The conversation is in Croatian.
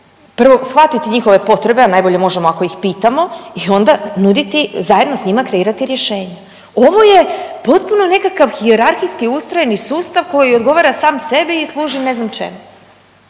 prvo shvatiti njihove potrebe, a najbolje možemo ako ih pitamo i onda nuditi, zajedno sa njima kreirati rješenja. Ovo je potpuno nekakav hijerarhijski ustrojeni sustav koji odgovara sam sebi i služi ne znam čemu.